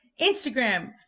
Instagram